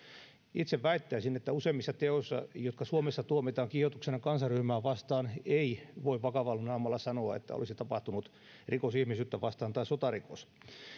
itse väittäisin että useimmissa teoissa jotka suomessa tuomitaan kiihotuksena kansanryhmää vastaan ei voi vakavalla naamalla sanoa että olisi tapahtunut rikos ihmisyyttä vastaan tai sotarikos